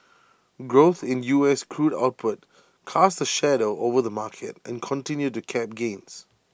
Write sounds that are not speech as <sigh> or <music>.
<noise> growth in us crude output cast A shadow over the market and continued to cap gains